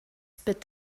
spit